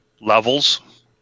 levels